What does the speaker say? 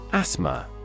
Asthma